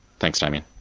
thanks damien.